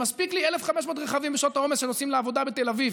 ומספיק לי 1,500 רכבים בשעות העומס שנוסעים לעבודה בתל אביב